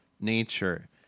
nature